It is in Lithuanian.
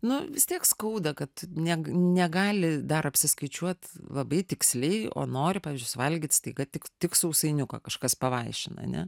nu vis tiek skauda kad neg negali dar apsiskaičiuot labai tiksliai o nori pavyzdžiui suvalgyt staiga tik tik sausainiuką kažkas pavaišina ane